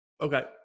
Okay